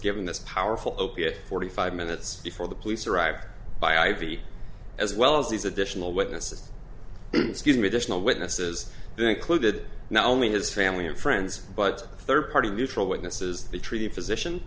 given this powerful opiate forty five minutes before the police arrived by i v as well as these additional witnesses excuse me there's no witnesses that included not only his family and friends but third party neutral witnesses the treating physician